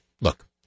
look